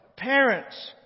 Parents